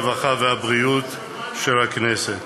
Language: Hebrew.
הרווחה והבריאות של הכנסת.